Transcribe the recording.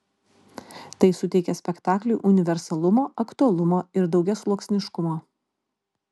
tai suteikia spektakliui universalumo aktualumo ir daugiasluoksniškumo